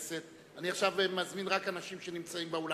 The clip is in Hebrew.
עכשיו אני מזמין רק אנשים שנמצאים באולם.